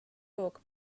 book